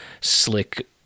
slick